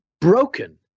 broken